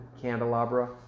candelabra